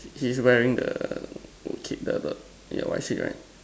he's wearing the kid the the yeah white shit right